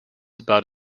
about